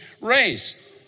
race